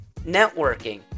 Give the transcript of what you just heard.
networking